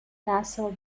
nassau